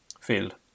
field